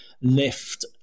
lift